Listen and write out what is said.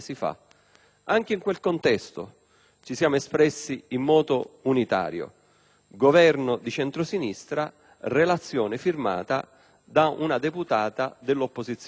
Anche in quel contesto ci siamo espressi in modo unitario, Governo di centrosinistra e relazione firmata da una deputata dell'opposizione,